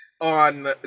on